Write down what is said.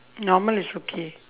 normal is okay